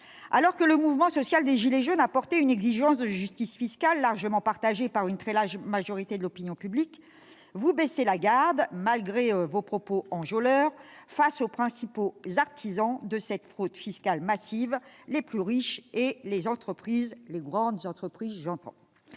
Alors que le mouvement social des « gilets jaunes » a porté une exigence de justice fiscale, partagée par une très large majorité de l'opinion publique, vous baissez la garde, malgré vos propos enjôleurs, face aux principaux artisans de cette fraude fiscale massive : les plus riches et les grandes entreprises. Ce ne